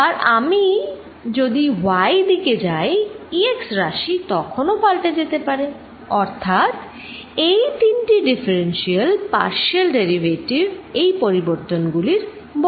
আবার যদি আমি y দিকে যাই Ex রাশি তখনো পাল্টে যেতে পারে অর্থাৎ এই তিনটি ডিফারেন্সিয়াল পার্শিয়াল ডেরিভেটিভ এই পরিবর্তনগুলির বর্ণনা করে